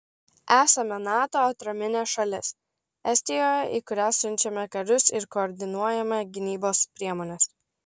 esame nato atraminė šalis estijoje į kurią siunčiame karius ir koordinuojame gynybos priemones